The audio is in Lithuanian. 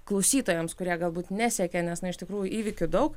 klausytojams kurie galbūt nesekė nes na iš tikrųjų įvykių daug